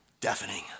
deafening